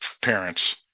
parents